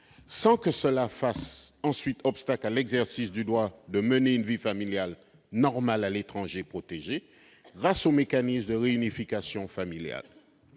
sans que cela fasse ensuite obstacle à l'exercice du droit de mener une vie familiale normale de l'étranger protégé, grâce au mécanisme de réunification familiale.